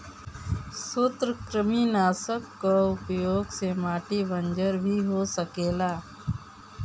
सूत्रकृमिनाशक कअ उपयोग से माटी बंजर भी हो सकेला